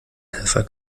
helfer